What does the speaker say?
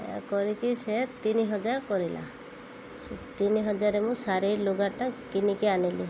ଏହା କରିକି ସେ ତିନି ହଜାର କରିଲା ତିନି ହଜାରେ ମୁଁ ଶାଢ଼ୀ ଲୁଗାଟା କିଣିକି ଆଣିଲି